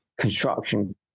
construction